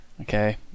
Okay